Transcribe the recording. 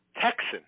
Texan